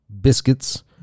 biscuits